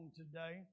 today